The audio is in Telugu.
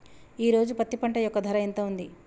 ఈ రోజు పత్తి పంట యొక్క ధర ఎంత ఉంది?